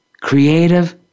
creative